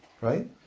Right